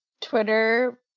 Twitter